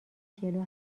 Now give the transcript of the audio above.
جلو